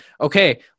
okay